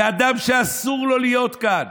זה אדם שאסור לו להיות כאן.